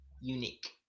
unique